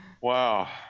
Wow